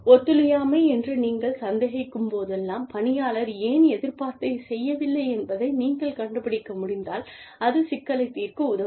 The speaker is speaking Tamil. ஒத்துழையாமை என்று நீங்கள் சந்தேகிக்கும்போதெல்லாம் பணியாளர் ஏன் எதிர்பார்த்ததைச் செய்யவில்லை என்பதை நீங்கள் கண்டுபிடிக்க முடிந்தால் அது சிக்கலைத் தீர்க்க உதவும்